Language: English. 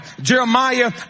Jeremiah